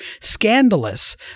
scandalous